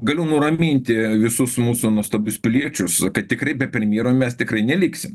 galiu nuraminti visus mūsų nuostabius piliečius kad tikrai be premjero mes tikrai neliksim